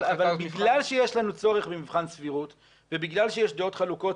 אבל בגלל שיש לנו צורך במבחן סבירות ובגלל שיש דעות חלוקות